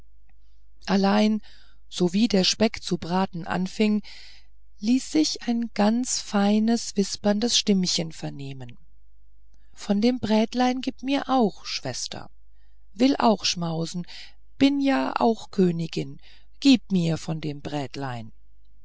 allein sowie der speck zu braten anfing ließ sich ein ganz feines wisperndes stimmchen vernehmen von dem brätlein gib mir auch schwester will auch schmausen bin ja auch königin gib mir von dem brätlein